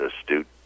astute